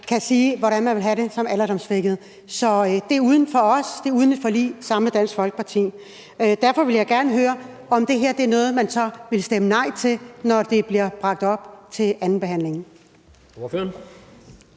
kan sige, hvordan man vil have det som alderdomssvækket. Så det bliver uden os, uden et forlig sammen med Dansk Folkeparti. Derfor vil jeg gerne høre, om det her så er noget, man vil stemme nej til, når det kommer til anden behandling.